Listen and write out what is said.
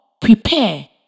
prepare